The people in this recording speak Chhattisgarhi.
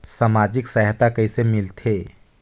समाजिक सहायता कइसे मिलथे?